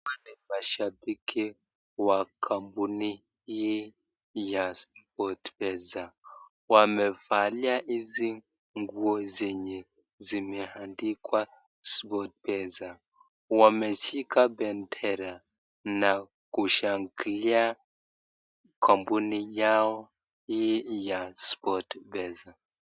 Hapa ni mashabiki wa kampuni hii ya Sportpesa. Wamevalia hizi nguo zenye zimeandikwa Sportpesa. Wameshika bendera na kushangilia kampuni yao hii ya Sportpesa.